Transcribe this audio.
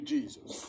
Jesus